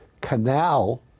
Canal